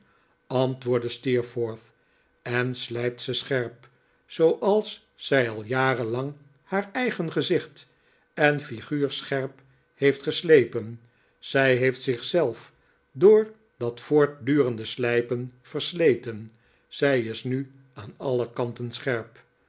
antwoordde steerforth en slijpt ze scherp zooals zij al jaren iang haar eigen gezicht en figuur scheip heeft geslepen zij heeft zich zelf door dat voorti durende slijpen versleten zij is nu aan alle kanten scherp